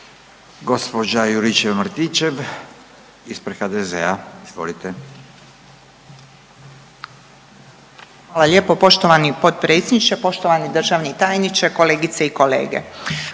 **Juričev-Martinčev, Branka (HDZ)** Hvala lijepo poštovani potpredsjedniče, poštovani državni tajniče, kolegice i kolege.